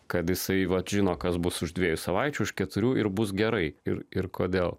kad jisai vat žino kas bus už dviejų savaičių už keturių ir bus gerai ir ir kodėl